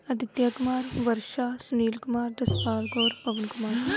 Aditya Kumar Varsha Sunil Kumar Jaspal Kaur Pawan Kumar